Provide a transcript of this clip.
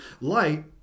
Light